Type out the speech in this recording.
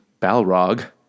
Balrog